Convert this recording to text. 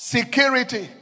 Security